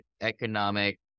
economic